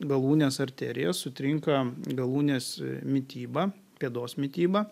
galūnės arterijas sutrinka galūnės mityba pėdos mityba